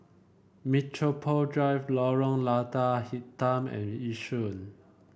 Metropole Drive Lorong Lada Hitam and Yishun